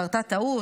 קרתה טעות,